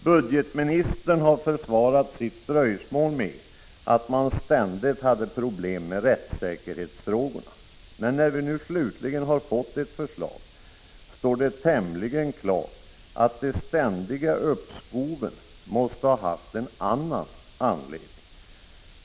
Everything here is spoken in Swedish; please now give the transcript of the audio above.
Budgetministern har försvarat sitt dröjsmål med att man ständigt hade problem med rättssäkerhetsfrågorna. Men när vi nu slutligen har fått ett förslag står det tämligen klart att de ständiga uppskoven måste ha haft en annan anledning.